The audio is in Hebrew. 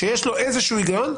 שיש לו איזשהו היגיון.